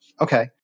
Okay